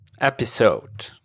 episode